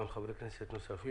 גם חברי כנסת נוספים.